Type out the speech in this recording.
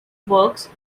works